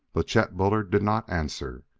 but chet bullard did not answer.